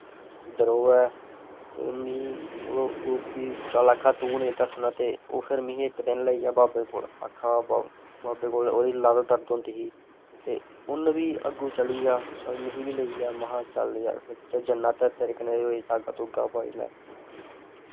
उध्दर ओह् ऐ ते में चलो ओह् बी चल आक्खा दा तूं नेईं दस्सना ते ओह् फिर मीं इक दिन लेइया बाबे कोल आक्खा दा बाबे कोल ओह्दी लत्त दर्द होंदी ही ते उन्ना बी अग्गूं चलिया मिगी बी लेइया महां चल जार जन्ना ते धागा धूगा पाई लै